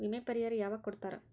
ವಿಮೆ ಪರಿಹಾರ ಯಾವಾಗ್ ಕೊಡ್ತಾರ?